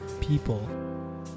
people